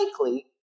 likely